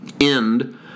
end